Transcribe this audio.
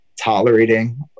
tolerating